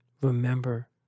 remember